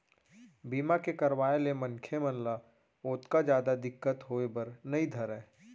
बीमा के करवाय ले मनखे मन ल ओतका जादा दिक्कत होय बर नइ धरय